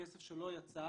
כסף שלא יצא